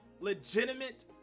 legitimate